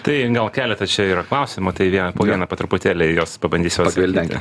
tai gal keletas čia yra klausimų tai vie po vieną po truputėlį juos pabandysiu atsakyti